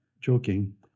joking